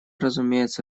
разумеется